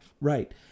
Right